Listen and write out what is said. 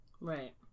Right